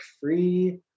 free